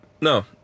No